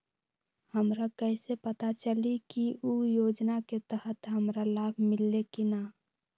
हमरा कैसे पता चली की उ योजना के तहत हमरा लाभ मिल्ले की न?